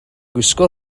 gwisgo